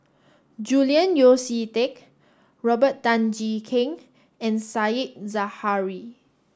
Julian Yeo See Teck Robert Tan Jee Keng and Said Zahari